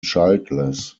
childless